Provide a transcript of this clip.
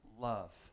love